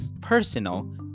personal